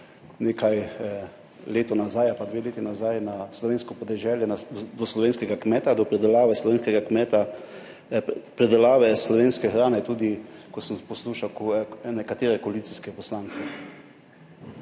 nekaj leto nazaj ali pa dve leti nazaj na slovensko podeželje, do slovenskega kmeta, do predelave slovenskega kmeta, predelave slovenske hrane tudi, ko sem poslušal nekatere koalicijske poslance.